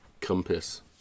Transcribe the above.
Compass